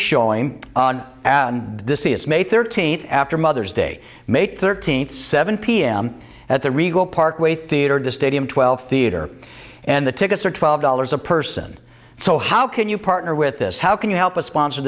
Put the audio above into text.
showing on the c s may thirteenth after mother's day make thirteenth seven pm at the regal parkway theater the stadium twelve theater and the tickets are twelve dollars a person so how can you partner with this how can you help us sponsor